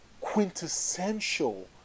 quintessential